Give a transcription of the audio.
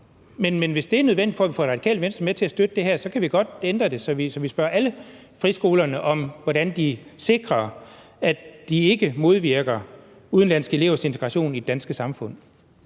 Men hvis det er nødvendigt, for at vi får Radikale Venstre med på at støtte det her, så kan vi godt ændre det, så vi spørger alle friskolerne om, hvordan de sikrer, at de ikke modvirker udenlandske elevers integration i det danske samfund.